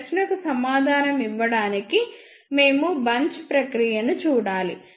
ఈ ప్రశ్నకు సమాధానం ఇవ్వడానికి మేము బంచ్ ప్రక్రియను చూడాలి